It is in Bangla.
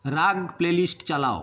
রাগ প্লে লিস্ট চালাও